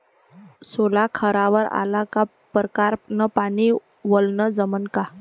सोला खारावर आला का परकारं न पानी वलनं जमन का?